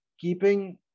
keeping